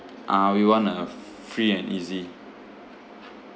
uh we want uh f~ free and easy